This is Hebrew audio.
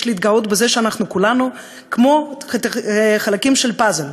יש להתגאות בזה שכולנו כמו חלקים של פאזל,